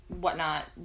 whatnot